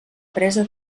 presa